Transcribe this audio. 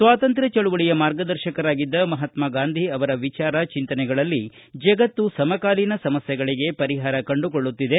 ಸ್ಥಾತಂತ್ರ್ಯ ಚಳವಳಿಯ ಮಾರ್ಗದರ್ಶಕರಾಗಿದ್ದ ಮಹಾತ್ಮಾ ಗಾಂಧಿ ಅವರ ವಿಚಾರ ಚಿಂತನೆಗಳಲ್ಲಿ ಜಗತ್ತು ಸಮಕಾಲೀನ ಸಮಸ್ಯೆಗಳಿಗೆ ಪರಿಹಾರ ಕಂಡುಕೊಳ್ಳುತ್ತಿದೆ